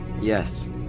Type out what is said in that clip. Yes